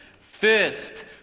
First